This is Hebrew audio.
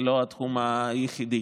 זה לא התחום היחיד.